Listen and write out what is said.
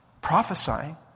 prophesying